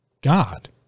God